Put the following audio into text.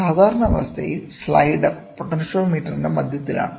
സാധാരണ അവസ്ഥയിൽ സ്ലൈഡർ പൊട്ടൻഷ്യോമീറ്ററിന്റെ മധ്യത്തിലാണ്